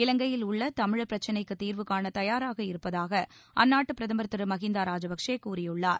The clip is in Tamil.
இலங்கையில் உள்ள தமிழர் பிரச்னைக்குத் தீர்வு காண தயாராக இருப்பதாக அந்நாட்டு பிரதமர் திரு மஹிந்தா ராஜபக்சே கூறியுள்ளார்